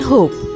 Hope